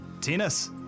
Tennis